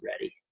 ready